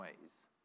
ways